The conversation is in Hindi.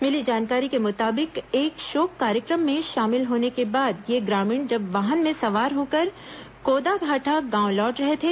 मिली जानकारी के मुताबिक एक शोक कार्यक्रम में शामिल होने के बाद ये ग्रामीण जब वाहन में सवार होकर कोदाभाटा गांव लौट रहे थे